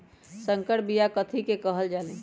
संकर बिया कथि के कहल जा लई?